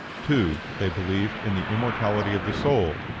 two. they believed in the immortality of the soul.